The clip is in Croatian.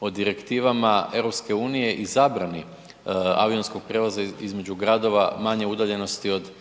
o direktivama EU i zabrani avionskog prijevoza između gradova manje udaljenosti od nekoliko